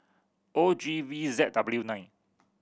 O G V Z W nine